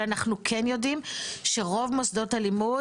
אבל אנחנו כן יודעים שרוב מוסדות הלימוד,